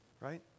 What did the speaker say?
Right